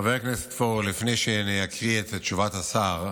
חבר הכנסת פורר, לפני שאני אקריא את תשובת השר,